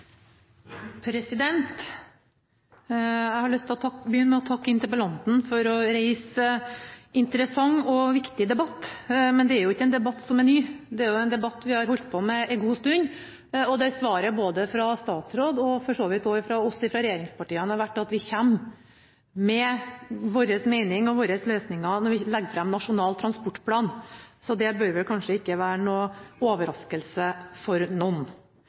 Jeg har lyst til å begynne med å takke interpellanten for å reise en interessant og viktig debatt. Det er ikke en debatt som er ny, men en debatt vi har holdt på med en god stund. Svaret fra både statsråden og for så vidt også oss i regjeringspartiene har vært at vi kommer med våre meninger og løsninger når vi legger fram Nasjonal transportplan, så det bør kanskje ikke komme som en overraskelse på noen.